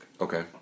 Okay